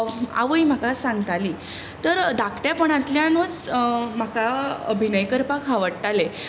आवय म्हाका सांगताली तर धाकटेपणांतल्यानूच म्हाका अभिनय करपाक आवडटालें